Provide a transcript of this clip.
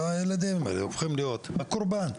הילדים הופכים להיות הקורבן.